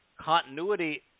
continuity